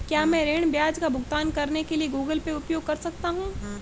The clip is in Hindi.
क्या मैं ऋण ब्याज का भुगतान करने के लिए गूगल पे उपयोग कर सकता हूं?